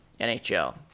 NHL